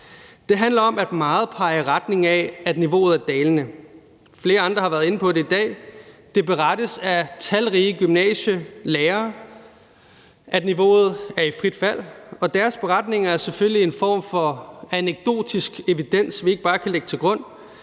Det handler om, at meget peger i retning af, at niveauet er dalende. Flere andre har været inde på det i dag. Det berettes af talrige gymnasielærere, at niveauet er i frit fald, og deres beretninger er selvfølgelig en form for anekdotisk evidens, vi ikke bare kan lægge til grund,